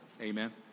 amen